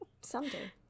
Someday